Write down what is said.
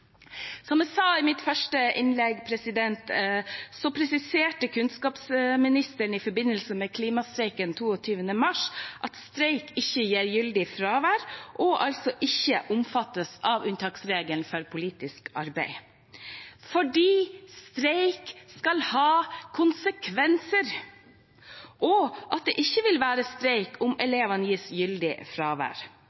Som jeg sa i mitt første innlegg, presiserte kunnskapsministeren i forbindelse med klimastreiken 22. mars at streik ikke gir gyldig fravær, og altså ikke omfattes av unntaksregelen for politisk arbeid fordi streik skal ha konsekvenser, og at det ikke vil være streik om